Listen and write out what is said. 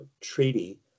Treaty